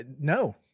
No